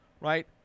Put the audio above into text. right